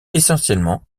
essentiellement